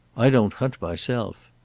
i don't hunt myself.